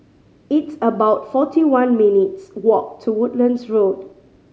it's about forty one minutes' walk to Woodlands Road